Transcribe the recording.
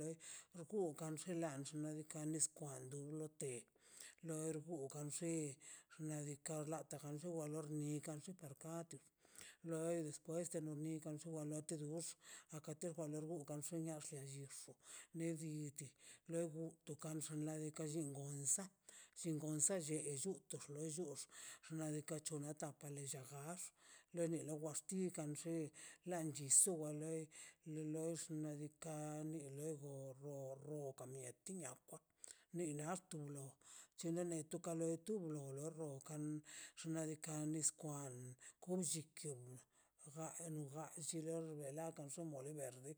le ja gugan xen la xnaꞌ diikaꞌ nis kwan duu lo te lor guganx te xnaꞌ diikaꞌ kor lor nika kar ka tu na despues de donikan shiwalate dof na kate juale xgugan inian xllenllif nedi ti le bunt i xin kan xinladen sa chingo sa de lluux de llux xna' diikaꞌ chonata paletax lenida wati kan xe la ni chinso wa le los xnaꞌ diikaꞌ lin lego go rooka mietikwa ni lato chen lo di kalentu nu no lor kan xnaꞌ diikaꞌ nis kwan billikion ga no gan llilar we lar da mole verde.